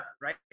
Right